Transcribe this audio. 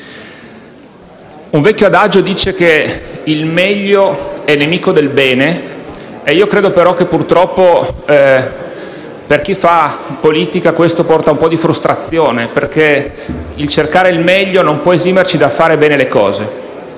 Un vecchio adagio dice che il meglio è nemico del bene. Credo che però, purtroppo, per chi fa politica questo porti un po' di frustrazione, perché cercare il meglio non può esimerci dal fare bene le cose.